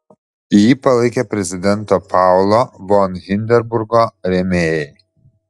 jį palaikė prezidento paulo von hindenburgo rėmėjai